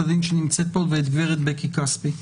הדין שנמצאת פה ואת הגברת בקי כספי.